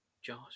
Josh